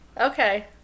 Okay